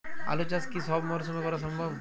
আলু চাষ কি সব মরশুমে করা সম্ভব?